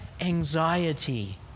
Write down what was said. anxiety